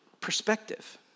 perspective